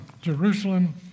Jerusalem